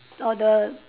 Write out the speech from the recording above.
or the